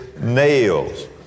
nails